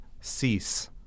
Cease